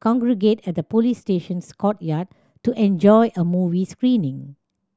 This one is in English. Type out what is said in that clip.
congregate at the police station's courtyard to enjoy a movie screening